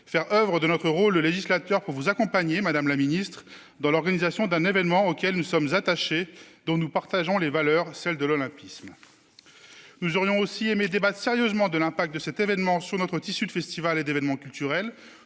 adoré jouer notre rôle de législateur pour vous accompagner, madame la ministre, dans l'organisation d'un événement auquel nous sommes attachés et dont nous partageons les valeurs, celles de l'olympisme. Nous aurions aussi aimé débattre sérieusement des conséquences de cet événement sur notre tissu de festivals et d'événements culturels.